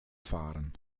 fahren